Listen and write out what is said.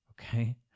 okay